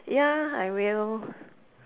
ya I will